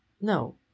No